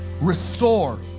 restore